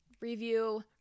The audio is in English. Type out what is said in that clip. Review